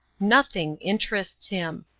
nothing interests him.